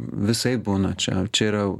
visaip būna čia čia yra